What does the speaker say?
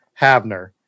Havner